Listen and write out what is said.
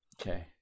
Okay